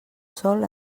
sol